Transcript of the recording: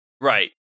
Right